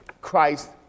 Christ